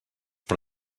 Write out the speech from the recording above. per